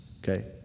Okay